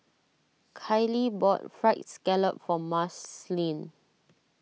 Kylee bought Fried Scallop for Marceline